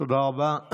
תודה רבה.